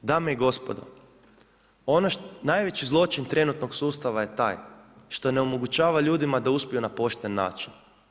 Dame i gospodo, najveći zločin trenutnog sustava je taj što onemogućava ljudima da uspiju na pošten način.